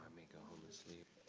may go home and sleep